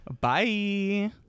Bye